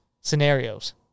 scenarios